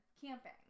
camping